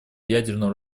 ядерного